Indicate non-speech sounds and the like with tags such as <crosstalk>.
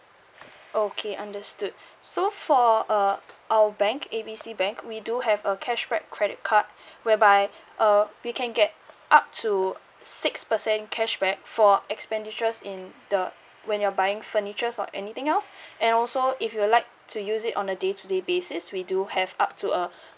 okay understood <breath> so for uh our bank A B C bank we do have a cashback credit card <breath> whereby uh we can get up to six percent cashback for expenditures in the when you're buying furniture for anything else <breath> and also if you like to use it on a day to day basis we do have up to uh <breath>